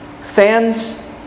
fans